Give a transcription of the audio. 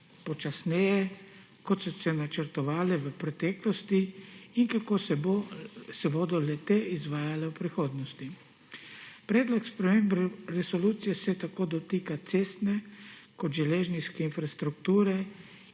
počasneje, kot so se načrtovale v preteklosti, in kako se bodo le-te izvajale v prihodnosti. Predlog sprememb resolucije se tako dotika cestne kot železniške infrastrukture